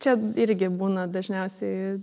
čia irgi būna dažniausiai